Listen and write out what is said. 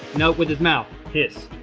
no. with his mouth. hiss.